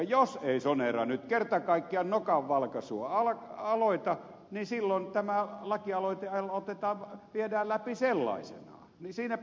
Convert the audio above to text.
jos ei sonera nyt kerta kaikkiaan nokanvalkaisua aloita niin silloin tämä lakialoitehan viedään läpi sellaisen löysivät